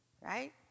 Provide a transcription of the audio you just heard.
right